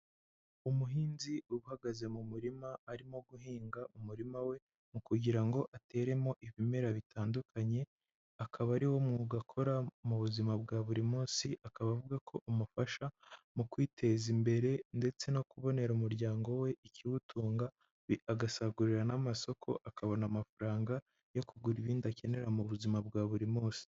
Umuhinzi uhagaze mu murima arimo guhinga umurima we, mu kugira ngo ateremo ibimera bitandukanye, akaba ari wo mwuga akora mu buzima bwa buri munsi. Akaba avuga ko umufasha, mu kwiteza imbere ndetse no kubonera umuryango we ikiwutunga, agasagurira n'amasoko akabona amafaranga, yo kugura ibindi akenera mu buzima bwa buri munsi.